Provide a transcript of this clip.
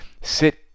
sit